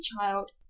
child